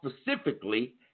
specifically